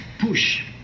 push